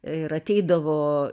ir ateidavo